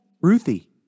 Ruthie